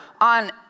on